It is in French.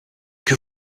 que